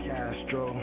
Castro